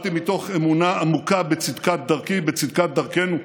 פעלתי מתוך אמונה עמוקה בצדקת דרכי, בצדקת דרכנו.